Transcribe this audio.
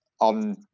on